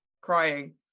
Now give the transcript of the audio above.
crying